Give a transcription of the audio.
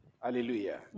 Hallelujah